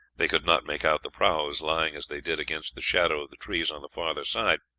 they could not make out the prahus, lying as they did against the shadow of the trees on the farther side,